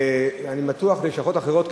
אני בטוח שללשכות אחרות,